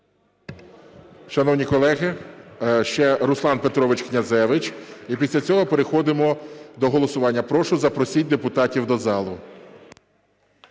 Шановні колеги, ще Руслан Петрович Князевич і після цього переходимо до голосування. Прошу запросіть депутатів до залу.